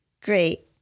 Great